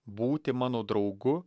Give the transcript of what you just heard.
būti mano draugu